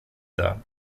dar